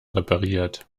repariert